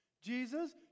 Jesus